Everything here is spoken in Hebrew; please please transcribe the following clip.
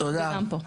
וגם פה.